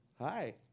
Hi